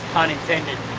pun intended.